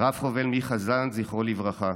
רב-חובל מיכה זנד, זכרו לברכה,